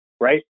Right